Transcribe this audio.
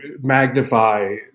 magnify